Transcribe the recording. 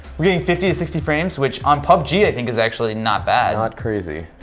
we're getting fifty sixty frames which on pubg, i think is actually not bad. not crazy.